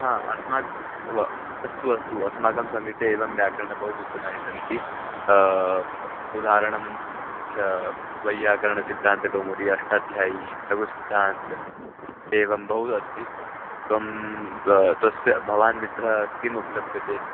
हा अस्माकं व अस्तु अस्तु अस्माकं समीपे एवं व्याकरणस्य बहूनि पुस्तकानि सन्ति उदाहरणं च वैयाकरणसिद्धान्तकौमुदी अष्टाध्यायी लघुसिद्धान्तः एवं बहु अस्ति त्वं त्वा तस्य भवान् मित्रः किम् उपलभ्यते